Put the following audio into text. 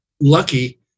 lucky